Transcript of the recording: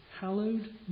hallowed